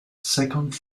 second